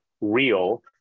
real